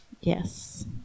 Yes